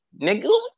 Nigga